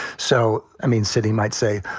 so, i mean, citi might say,